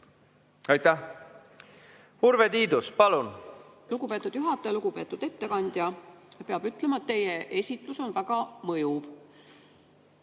palun! Urve Tiidus, palun! Lugupeetud juhataja! Lugupeetud ettekandja! Peab ütlema, et teie esitus on väga mõjuv